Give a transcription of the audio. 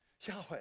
Yahweh